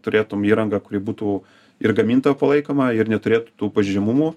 turėtum įrangą kuri būtų ir gamintojo palaikoma ir neturėtų tų pažeidžiamumų